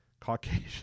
caucasian